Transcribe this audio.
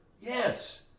Yes